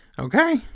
Okay